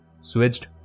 switched